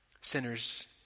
Sinners